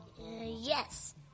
Yes